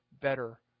better